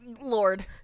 Lord